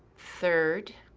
third,